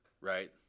right